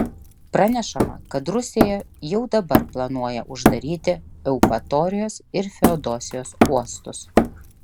pranešama kad rusija jau dabar planuoja uždaryti eupatorijos ir feodosijos uostus